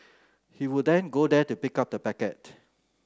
he would then go there to pick up the packet